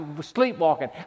sleepwalking